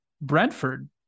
Brentford